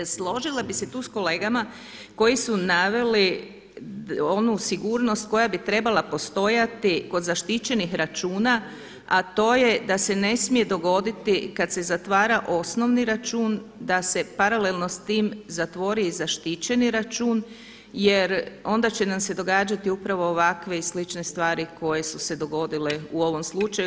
Složila bih se tu sa kolegama koji su naveli onu sigurnost koja bi trebala postojati kod zaštićenih računa, a to je da se ne smije dogoditi kad se zatvara osnovni račun, da se paralelno s tim zatvori i zaštićeni račun jer onda će nam se događati upravo ovakve i slične stvari koje su se dogodile u ovom slučaju.